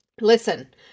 Listen